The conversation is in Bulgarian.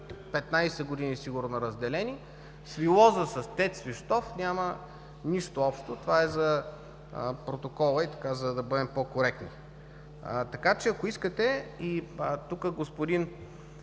15 години сигурно разделени. „Свилоза“ с ТЕЦ – Свищов, няма нищо общо. Това е за протокола и за да бъдем по-коректни. Така че, ако искате, и господин